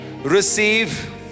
receive